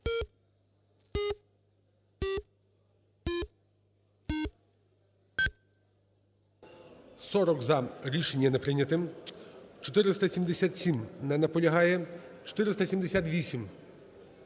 40 – за. Рішення не прийняте. 477. Не наполягає. 478.